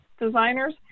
designers